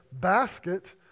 basket